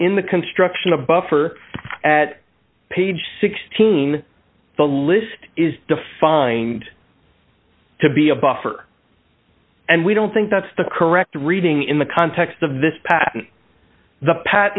in the construction of a buffer at page sixteen the list is defined to be a buffer and we don't think that's the correct reading in the context of this pat